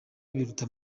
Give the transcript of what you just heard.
biruta